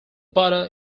butter